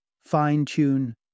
fine-tune